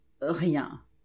Rien. »«